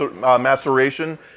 maceration